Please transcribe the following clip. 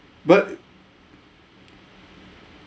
but